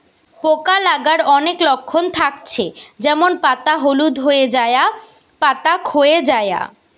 পোকা লাগার অনেক লক্ষণ থাকছে যেমন পাতা হলুদ হয়ে যায়া, পাতা খোয়ে যায়া